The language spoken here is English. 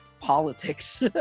politics